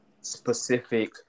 specific